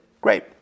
Great